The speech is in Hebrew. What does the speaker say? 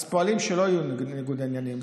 אז פועלים שלא יהיו ניגודי עניינים.